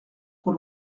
trop